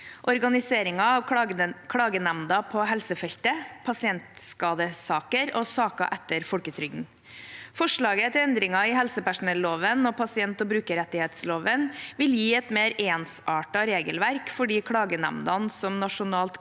organiseringen av klagenemnder på helsefeltet, pasientskadesaker og saker etter folketrygdloven. Forslaget til endringer i helsepersonelloven og pasient- og brukerrettighetsloven vil gi et mer ensartet regelverk for de klagenemndene som Nasjonalt